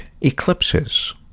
eclipses